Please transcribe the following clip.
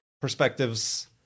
perspectives